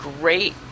great